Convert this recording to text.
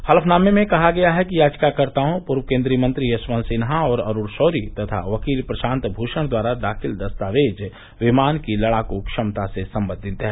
हलफनामे में कहा गया है कि याविकाकर्ताओं पूर्व केन्द्रीय मंत्री यशवंत सिन्हा और अरुण शौरी तथा वकील प्रशांत भूषण द्वारा दाखिल दस्तावेज विमान की लड़ाकू क्षमता से सम्बन्धित है